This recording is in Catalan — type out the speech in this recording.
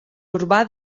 urbà